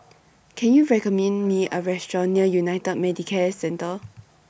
Can YOU recommend Me A Restaurant near United Medicare Centre